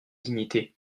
dignité